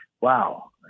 wow